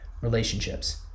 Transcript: relationships